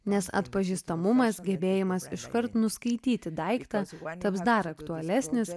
nes atpažįstamumas gebėjimas iškart nuskaityti daiktą taps dar aktualesnis